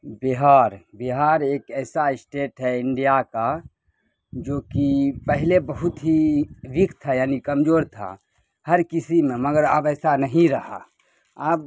بہار بہار ایک ایسا اسٹیٹ ہے انڈیا کا جو کہ پہلے بہت ہی ویک تھا یعنی کمزور تھا ہر کسی میں مگر اب ایسا نہیں رہا اب